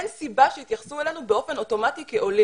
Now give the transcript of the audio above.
אין סיבה שיתייחסו אלינו באופן אוטומטי כעולים.